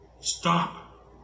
Stop